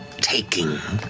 taking.